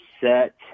set